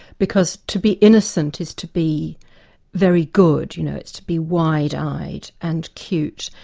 because to be innocent is to be very good, you know, it's to be wide-eyed and cute,